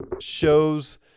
shows